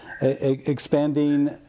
expanding